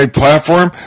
platform